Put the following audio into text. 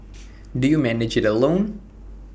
do you manage IT alone